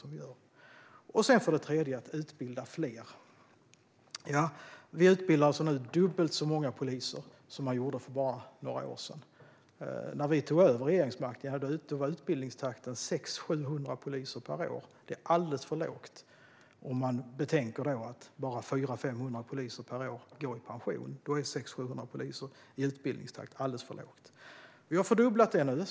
Man måste också utbilda fler. Nu utbildas dubbelt så många poliser som för bara några år sedan. När vi tog över regeringsmakten var utbildningstakten 600-700 poliser per år. Det är alldeles för lågt. Om man betänker att 400-500 poliser per år går i pension är en utbildningstakt på 600 poliser alldeles får låg. Vi har fördubblat det nu.